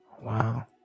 Wow